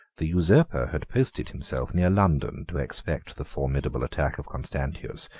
the usurper had posted himself near london, to expect the formidable attack of constantius,